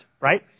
right